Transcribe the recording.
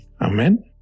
Amen